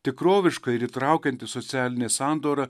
tikroviška ir įtraukianti socialinė sandora